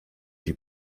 die